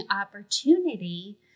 opportunity